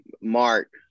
mark